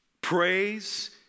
praise